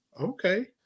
okay